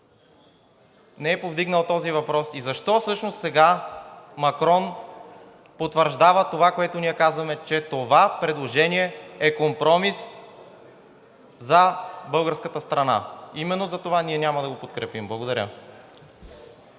не е повдигнал този въпрос? И защо всъщност сега Макрон потвърждава това, което ние казваме – че това предложение е компромис за българската страна? Именно затова ние няма да го подкрепим. Благодаря.